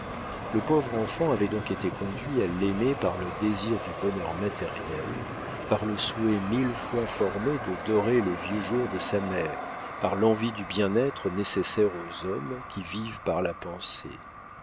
le pauvre enfant avait donc été conduit à l'aimer par le désir du bonheur matériel par le souhait mille fois formé de dorer les vieux jours de sa mère par l'envie du bien-être nécessaire aux hommes qui vivent par la pensée